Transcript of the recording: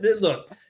look